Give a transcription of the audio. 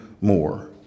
more